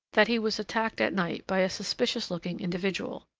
that he was attacked at night by a suspicious-looking individual.